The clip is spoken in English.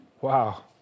Wow